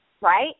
Right